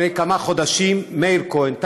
לפני כמה חודשים מאיר כהן,